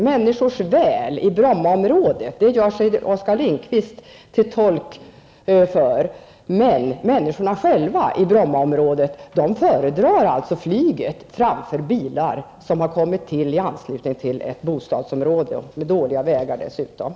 Oskar Lindkvist gör sig till tolk för människorna i Brommaområdet, men de föredrar flyget framför bilar som har kommit i anslutning till ett bostadsområde som dessutom har dåliga vägar.